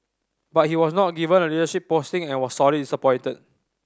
but he was not given a leadership posting and was sorely disappointed